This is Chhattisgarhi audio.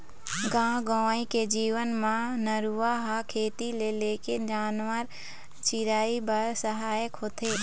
गाँव गंवई के जीवन म नरूवा ह खेती ले लेके जानवर, चिरई बर सहायक होथे